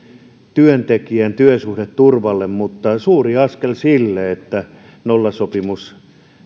työntekijän työsuhdeturvalle mutta suuri askel sille että nollasopimus